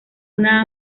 una